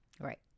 Right